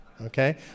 okay